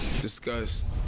discussed